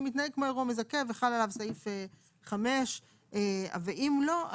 אז הוא מתנהג כמו אירוע מזכה וחל עליו סעיף 5. ואם לא,